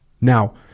Now